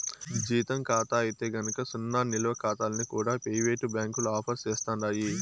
జీతం కాతా అయితే గనక సున్నా నిలవ కాతాల్ని కూడా పెయివేటు బ్యాంకులు ఆఫర్ సేస్తండాయి